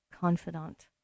confidant